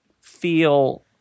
feel